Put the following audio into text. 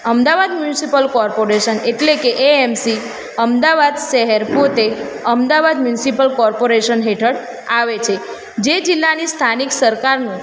Ahmedabad municipal corporation એટલે કે A M C Ahmedabad શહેર પોતે અમદાવાદ મ્યુનિસિપલ કૉર્પોરેશન હેઠળ આવે છે જે જિલ્લાની સ્થાનિક સરકારનું